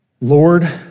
Lord